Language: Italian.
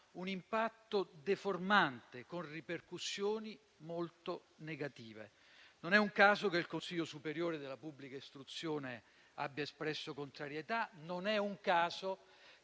un impatto deformante con ripercussioni molto negative. Non è un caso che il Consiglio superiore della pubblica istruzione abbia espresso contrarietà; non è un caso